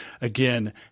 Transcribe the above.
again